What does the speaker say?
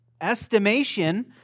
estimation